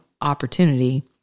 opportunity